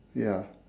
ya